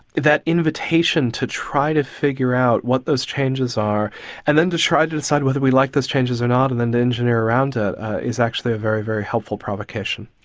that invitation to try to figure out what those changes are and then to try to decide whether we like those changes or not and then and engineer around that is actually a very, very helpful provocation.